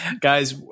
Guys